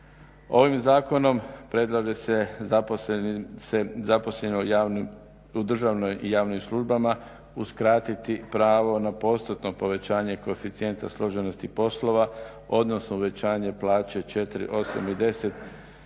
Ovim Zakonom predlaže se zaposlenim u državnim i javnim službama uskratiti pravo na postotno povećanje koeficijenta složenosti poslova, odnosno uvećanje plaće 4,